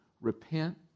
repent